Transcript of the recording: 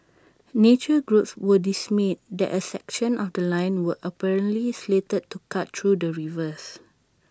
nature groups were dismayed that A section of The Line were apparently slated to cut through the reserve